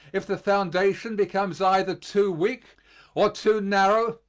if the foundation becomes either too weak or too narrow,